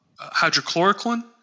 hydrochloroquine